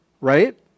right